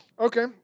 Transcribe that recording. okay